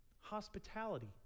Hospitality